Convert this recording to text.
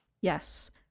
Yes